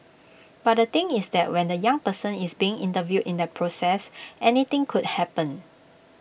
but the thing is that when the young person is being interviewed in that process anything could happen